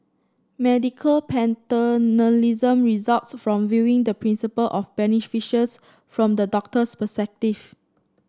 medical paternalism results from viewing the principle of beneficence from the doctor's perspective